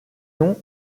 noms